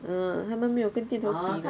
mm 他们没有跟店头比